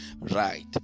Right